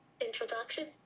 introduction